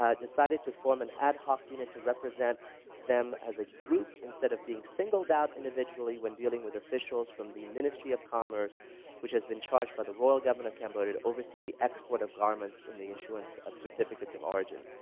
ah decided to form an ad hoc unit to represent them as a group instead of being singled out individually when dealing with officials from the ministry of commerce which has been charged by the royal government of cambodia to oversee the export of garments and the issuance of certificates of origin.